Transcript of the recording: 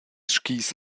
skis